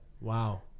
wow